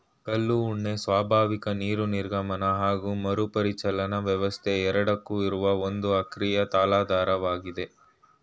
ಕಲ್ಲು ಉಣ್ಣೆ ಸ್ವಾಭಾವಿಕ ನೀರು ನಿರ್ಗಮನ ಹಾಗು ಮರುಪರಿಚಲನಾ ವ್ಯವಸ್ಥೆ ಎರಡಕ್ಕೂ ಇರುವ ಒಂದು ಅಕ್ರಿಯ ತಲಾಧಾರವಾಗಿದೆ